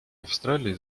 австралии